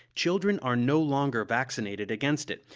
children are no longer vaccinated against it,